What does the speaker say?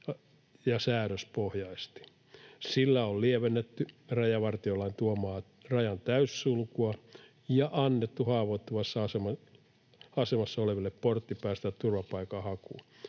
ja säädöspohjaisesti. Sillä on lievennetty rajavartiolain tuomaa rajan täyssulkua ja annettu haavoittuvassa asemassa oleville portti päästä turvapaikanhakuun.